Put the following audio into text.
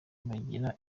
bagira